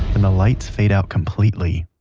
and the lights fade out completely